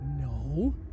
No